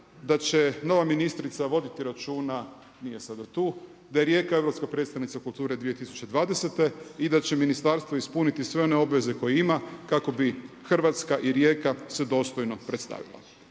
da će nova ministrica voditi računa, nije sada tu, da je Rijeka europska predstavnica kulture 2020. i da će ministarstvo ispuniti sve one obaveze koje ima kako bi Hrvatska i Rijeka se dostojno predstavila.